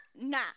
Nah